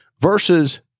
Versus